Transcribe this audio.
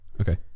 okay